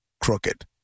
crooked